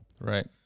Right